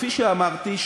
כפי שאמרתי,